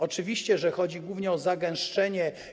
Oczywiście, że chodzi głównie o zagęszczenie.